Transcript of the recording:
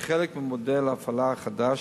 כחלק ממודל ההפעלה החדש,